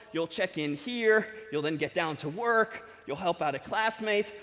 you'll check in here, you'll then get down to work, you'll help out a classmate.